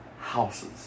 houses